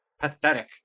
Pathetic